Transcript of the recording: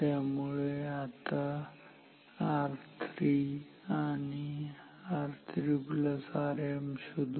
त्यामुळे आता R3 आणि R3Rm शोधु